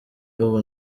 ubu